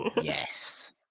Yes